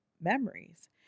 memories